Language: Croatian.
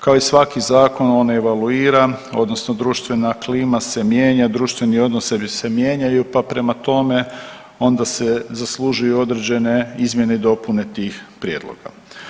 Kao i svaki zakon on evaluira odnosno društvena klima se mijenja, društveni odnosi se mijenjaju pa prema tome onda se zaslužuju određene izmjene i dopune tih prijedloga.